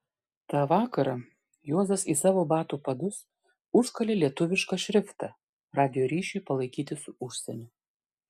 tą vakarą juozas į savo batų padus užkalė lietuvišką šriftą radijo ryšiui palaikyti su užsieniu